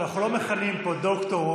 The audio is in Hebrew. אבל אנחנו לא מכנים פה "דוקטור",